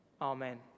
Amen